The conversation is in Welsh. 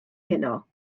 heno